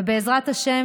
ובעזרת השם,